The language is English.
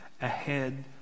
Ahead